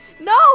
No